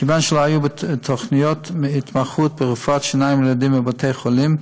כיוון שלא היו תוכניות התמחות ברפואת שיניים לילדים בבתי-החולים,